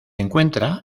encuentra